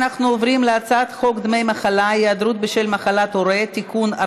אנחנו עוברים להצעת חוק דמי מחלה (היעדרות בשל מחלת הורה) (תיקון,